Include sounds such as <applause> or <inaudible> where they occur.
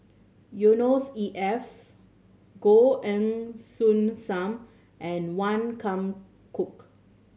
Yusnor E F Goh <unintelligible> Soon Sam and Wan Kam Cook